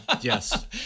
Yes